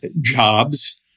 jobs